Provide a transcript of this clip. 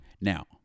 Now